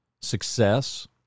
success